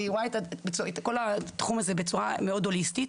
אני רואה את כל התחום הזה בצורה מאוד הוליסטית,